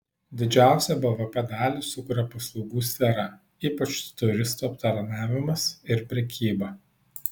didžiausią bvp dalį sukuria paslaugų sfera ypač turistų aptarnavimas ir prekyba